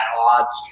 odds